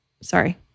Sorry